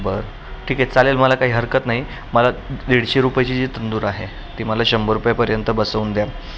बरं ठीक आहे चालेल मला काही हरकत नाही मला दीडशे रुपयची जी तंदूर आहे ती मला शंभर रुपयापर्यंत बसवून द्या